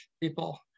people